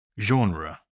genre